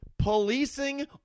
policing